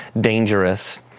dangerous